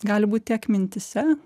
gali būt tiek mintyse